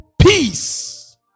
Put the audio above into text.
peace